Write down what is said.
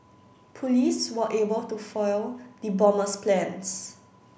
police were able to foil the bomber's plans